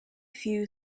few